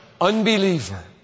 unbeliever